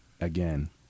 again